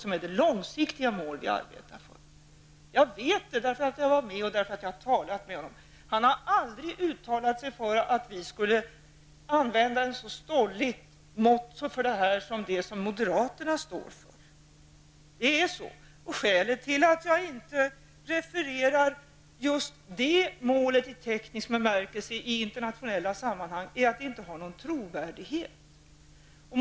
Det är det långsiktiga mål som vi arbetar för. Jag vet detta, och jag har talat med Carlo Ripa de Meana. Han har aldrig uttalat sig för att vi skall använda ett så stolligt mått som det moderaterna står för. Skälet till att jag inte refererade just det målet i teknisk bemärkelse i internationella sammanhang är att det inte har någon trovärdighet.